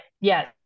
yes